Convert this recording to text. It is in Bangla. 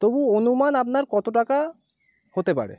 তবুও অনুমান আপনার কত টাকা হতে পারে